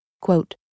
Quote